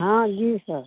हाँ जी सर